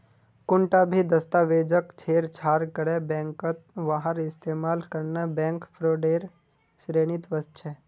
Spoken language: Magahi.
कुंटा भी दस्तावेजक छेड़छाड़ करे बैंकत वहार इस्तेमाल करना बैंक फ्रॉडेर श्रेणीत वस्छे